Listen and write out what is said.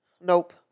Nope